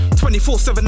24-7